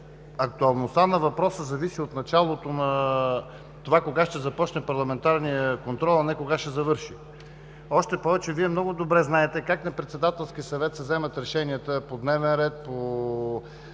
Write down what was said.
актуалността на въпроса зависи от началото на това, кога ще започне парламентарният контрол, а не кога ще завърши. Още повече, Вие много добре знаете как на Председателски съвет се вземат решенията по дневен ред, по